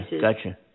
Gotcha